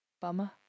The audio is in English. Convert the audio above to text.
bummer